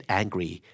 angry